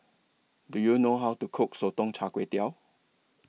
Do YOU know How to Cook Sotong Char Kway